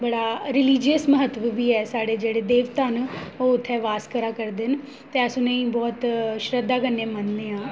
बड़ा रिलीजियस म्हत्तव बी है साढ़े जेह्ड़े देवता न ओह् उत्थै वास करा करदे न ते अस उ'नेंई बहुत श्रद्धा कन्नै मन्नने आं